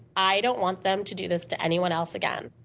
i don't want them to do this to anyone else again.